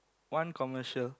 one commercial